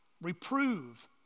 Reprove